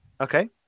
Okay